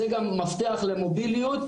זה גם מפתח למוביליות,